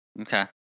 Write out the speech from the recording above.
Okay